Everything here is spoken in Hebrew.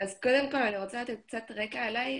קודם כל אני רוצה לתת קצת רקע עליי,